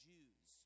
Jews